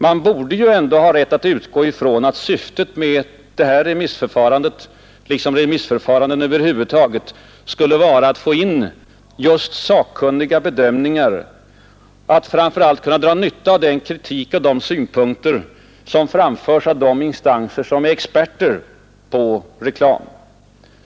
Man borde ju ändå ha rätt att utgå ifrån att syftet med remissförfarandet liksom med remissförfaranden över huvud taget skulle vara att få in just sakkunniga bedömningar, och framför allt kunna dra nytta av den kritik och de synpunkter som framförs av de instanser som är experter på reklam.